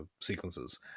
sequences